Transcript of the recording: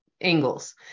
angles